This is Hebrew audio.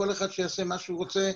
כל אחד שיעשה מה שהוא רוצה,